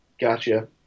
Gotcha